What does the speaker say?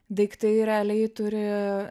daiktai realiai turi